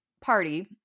party